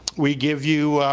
we give you,